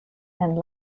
and